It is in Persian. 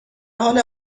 حال